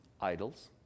idols